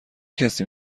کسی